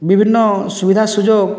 ବିଭିନ୍ନ ସୁବିଧା ସୁଯୋଗ